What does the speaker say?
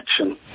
action